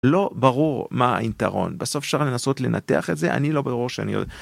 לא ברור מה היתרון בסוף אפשר לנסות לנתח את זה אני לא ברור שאני עוד.